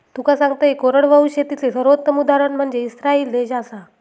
तुका सांगतंय, कोरडवाहू शेतीचे सर्वोत्तम उदाहरण म्हनजे इस्राईल देश आसा